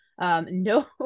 no